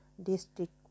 district